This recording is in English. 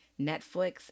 Netflix